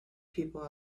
people